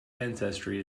ancestry